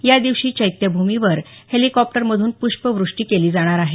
या दिवशी चैत्यभूमीवर हेलिकॉप्टरमधून पृष्पवृष्टी केली जाणार आहे